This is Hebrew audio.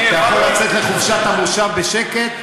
אתה יכול לצאת לחופשת המושב בשקט?